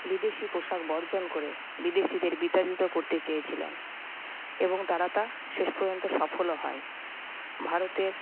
বিদেশি পোশাক বর্জন করে বিদেশিদের বিতাড়িত করতে চেয়েছিলেন এবং তারা তা শেষ পর্যন্ত সফলও হয় ভারতের